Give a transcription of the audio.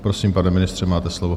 Prosím, pane ministře, máte slovo.